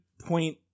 point